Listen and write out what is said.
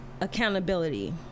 accountability